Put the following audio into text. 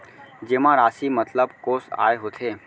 जेमा राशि मतलब कोस आय होथे?